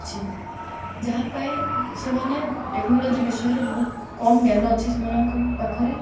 ଅଛି ଯାହାପାଇଁ ସେମାନେ ଟେକ୍ନୋଲୋଜି ବିଷୟରେ ବହୁତ କମ୍ ଜ୍ଞାନ ଅଛି ସେମାନଙ୍କ ପାଖରେ